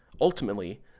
Ultimately